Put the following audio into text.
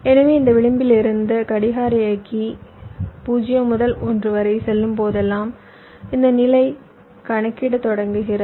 எனவே இந்த விளிம்பிலிருந்து கடிகார இயக்கி 0 முதல் 1 வரை செல்லும் போதெல்லாம் இந்த நிலை கணக்கிடத் தொடங்குகிறது